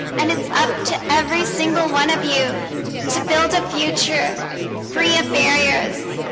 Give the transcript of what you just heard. and it's up to every single one of you to build a future free of barriers